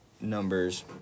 numbers